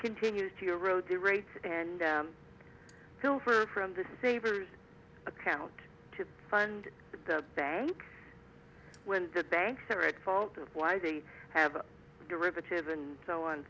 continues to erode the rates and go for from the savers account to fund the bank when the banks are at fault of why they have derivative and so on